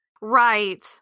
Right